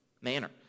manner